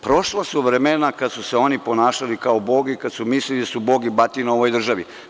Prošla su vremena kada su se oni ponašali kao Bog i kada su mislili da su Bog i batina u ovoj državi.